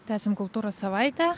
tęsiam kultūros savaitę